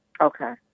Okay